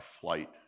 flight